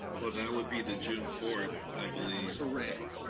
well, that would be the june fourth, i believe. correct.